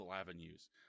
avenues